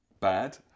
bad